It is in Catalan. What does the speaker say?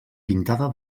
pintada